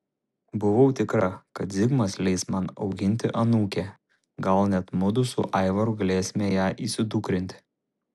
buvau tikra kad zigmas leis man auginti anūkę gal net mudu su aivaru galėsime ją įsidukrinti